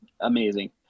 amazing